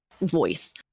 voice